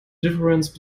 difference